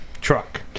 Truck